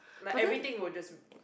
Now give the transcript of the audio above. like everything will just